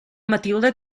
matilde